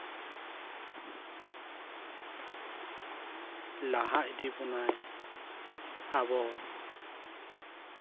ᱞᱟᱦᱟ ᱤᱫᱤ ᱵᱚᱱᱟᱭ ᱟᱵᱚ